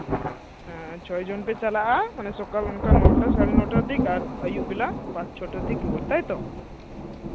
ᱦᱮᱸ ᱪᱷᱚᱭ ᱡᱚᱱ ᱯᱮ ᱪᱟᱞᱟᱜᱼᱟ ᱢᱟᱱᱮ ᱥᱚᱠᱟᱞ ᱚᱱᱠᱟ ᱱᱚᱴᱟ ᱥᱟᱲᱮ ᱱᱚᱴᱟ ᱫᱤᱠ ᱟᱨ ᱟᱹᱭᱩᱵ ᱵᱮᱞᱟ ᱟᱨ ᱪᱷᱚᱴᱟ ᱫᱤᱠ ᱨᱩᱣᱟᱹᱲ ᱛᱟᱭ ᱛᱚ